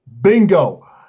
Bingo